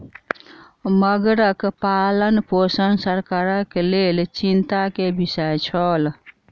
मगरक पालनपोषण सरकारक लेल चिंता के विषय छल